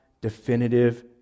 definitive